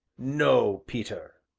no, peter.